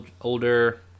older